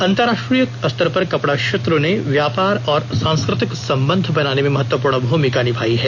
अंतरराष्ट्रीय स्तर पर कपड़ा क्षेत्र ने व्यापार और सांस्कृतिक संबंध बनाने में महत्वपूर्ण भूमिका निभाई है